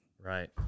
Right